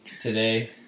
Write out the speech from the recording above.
today